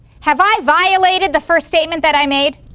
have i violated the first statement that i made?